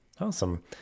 Awesome